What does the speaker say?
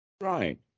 Right